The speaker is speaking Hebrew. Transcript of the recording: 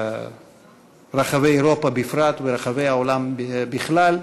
ברחבי אירופה בפרט וברחבי העולם בכלל.